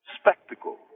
spectacle